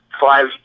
five